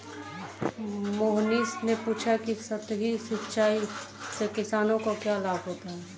मोहनीश ने पूछा कि सतही सिंचाई से किसानों को क्या लाभ होता है?